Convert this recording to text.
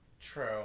True